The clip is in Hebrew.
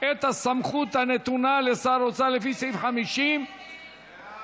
את הסמכות הנתונה לשר האוצר לפי סעיף 50 לחוק